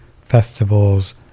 festivals